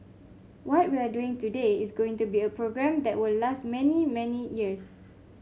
what we're doing today is going to be a program that will last many many years